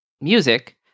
music